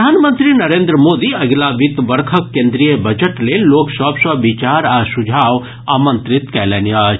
प्रधानमंत्री नरेन्द्र मोदी अगिला वित्त वर्षक केन्द्रीय बजट लेल लोक सभ सॅ विचार आ सुझाव आमंत्रित कयलनि अछि